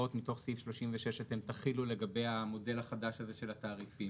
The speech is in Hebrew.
הוראות מתוך סעיף 36 אתם תחילו לגבי המודל החדש הזה של התעריפים?